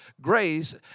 grace